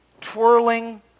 Twirling